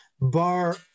bar